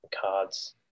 cards